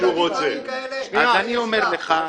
אז אני אומר לך.